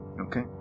Okay